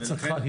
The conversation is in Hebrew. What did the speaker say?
שכתוב.